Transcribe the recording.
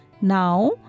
Now